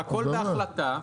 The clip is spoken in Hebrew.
הכול בהחלטה,